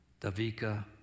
Davika